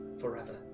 forever